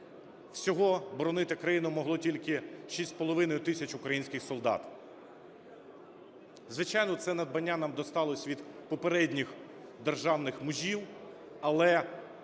Всього боронити країну могло тільки 6,5 тисяч українських солдат. Звичайно, це надбання нам досталося від попередніх державних мужів, але